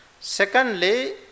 Secondly